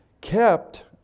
kept